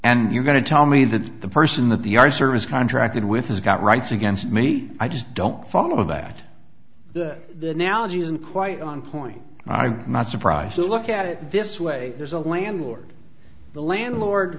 and you're going to tell me that the person that the our service contracted with has got rights against me i just don't follow that the the now gee isn't quite on point i'm not surprised look at it this way there's a landlord the landlord